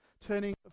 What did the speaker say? turning